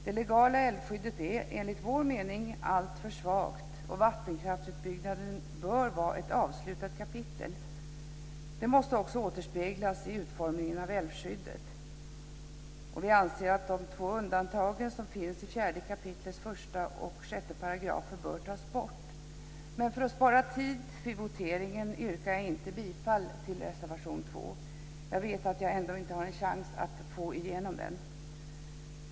Det legala älvskyddet är enligt vår mening alltför svagt. Vattenkraftsutbyggnaden bör vara ett avslutat kapitel, och det måste också återspeglas i utformningen av älvskyddet. Vi anser att de två undantag som finns i 4 kap. 1 § och Men för att spara tid vid voteringen yrkar jag inte bifall till reservation 2. Jag vet att jag ändå inte har en chans att få igenom den.